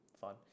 fun